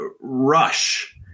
rush